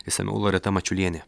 išsamiau loreta mačiulienė